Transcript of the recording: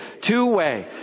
Two-way